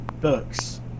books